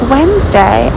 Wednesday